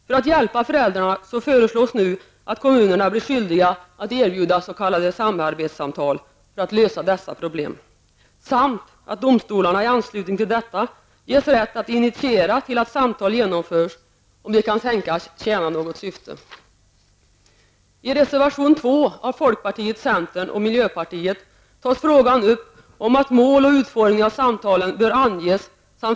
För att hjälpa föräldrarna föreslås nu att kommunerna blir skyldiga att erbjuda så kallade samarbetssamtal, för att lösa dessa problem, samt att domstolarna i anslutning till detta ges rätt att initiera samtal, om de kan tänkas tjäna något syfte. I reservation 2 av folkpartiet, centern och miljöpartiet tas frågan upp om att mål och utformning av samtalen bör anges.